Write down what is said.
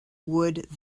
would